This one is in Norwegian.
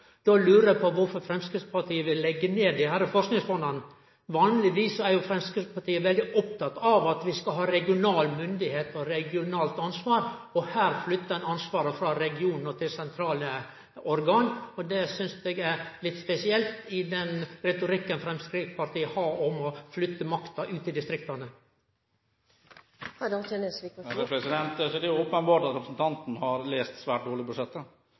Då lurar eg på kvifor Framstegspartiet vil leggje ned desse forskingsfonda? Vanlegvis er jo Framstegspartiet veldig oppteke av at vi skal ha regional myndigheit og regionalt ansvar, og her flyttar ein altså ansvaret frå regionen og til sentrale organ. Det synest eg er litt spesielt i den retorikken Framstegspartiet har om å flytte makta ut i distrikta. Det er åpenbart at representanten har lest budsjettet svært